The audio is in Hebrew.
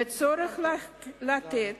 בצורך לתת